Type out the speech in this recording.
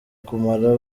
kumara